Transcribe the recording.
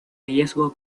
riesgo